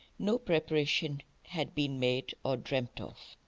no preparation had been made, or dreamt of.